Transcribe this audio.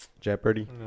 Jeopardy